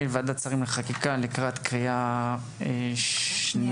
לוועדת השרים לחקיקה לקראת הקריאה השנייה.